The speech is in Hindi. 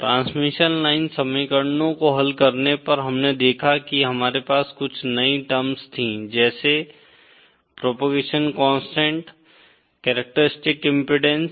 ट्रांसमिशन लाइन समीकरणों को हल करने पर हमने देखा कि हमारे पास कुछ नई टर्म्स थीं जैसे प्रोपगेशन कांस्टेंट कैरेक्टरिस्टिक इम्पीडेन्स